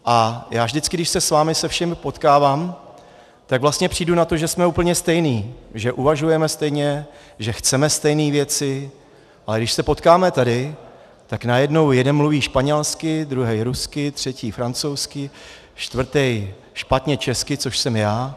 A já vždycky, když se s vámi se všemi potkávám, tak vlastně přijdu na to, že jsme úplně stejní, že uvažujeme stejně, že chceme stejné věci, ale když se potkáme tady, tak najednou jeden mluví španělsky, druhý rusky, třetí francouzsky, čtvrtý špatně česky, což jsem já.